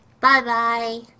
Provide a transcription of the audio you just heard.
Bye-bye